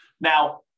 Now